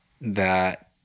that-